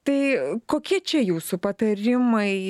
tai kokie čia jūsų patarimai